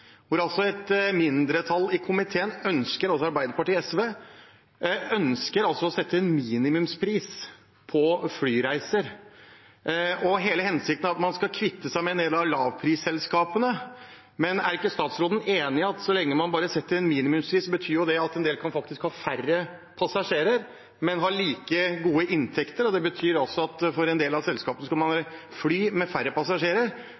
et mindretall i komiteen, Arbeiderpartiet og SV, ønsker å sette en minimumspris på flyreiser. Hele hensikten er at man skal kvitte seg med en del av lavprisselskapene. Men er ikke statsråden enig i at så lenge man bare setter en minimumspris, betyr det at en del faktisk kan ha færre passasjerer, men like gode inntekter? Det betyr at en del av selskapene kan fly med færre passasjerer,